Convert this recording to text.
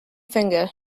finger